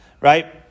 Right